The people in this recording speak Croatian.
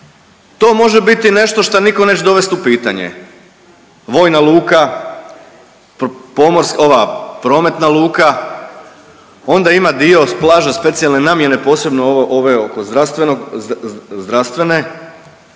To može biti nešto šta nitko neće dovesti u pitanje, vojna luka, pomorska ova prometna luka, onda ima dio plaža specijalne namjene posebno ove oko zdravstvenog,